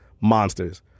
monsters